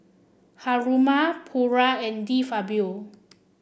Haruma Pura and De Fabio